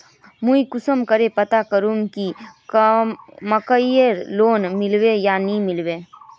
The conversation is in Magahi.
मुई कुंसम करे पता करूम की मकईर लोन मिलबे या नी मिलबे?